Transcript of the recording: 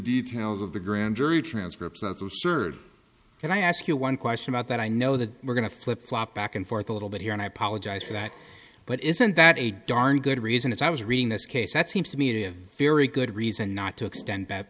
details of the grand jury transcripts that's absurd and i ask you one question about that i know that we're going to flip flop back and forth a little bit here and i apologize for that but isn't that a darn good reason as i was reading this case that seems to me a very good reason not to extend that